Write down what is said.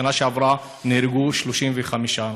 בשנה שעברה נהרגו 35 אנשים.